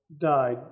died